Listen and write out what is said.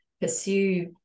pursue